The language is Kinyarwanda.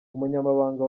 umunyamabanga